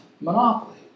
monopoly